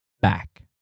back